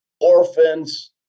orphans